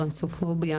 טרנספוביה